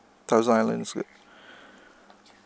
thousand islands with